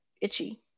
itchy